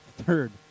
Third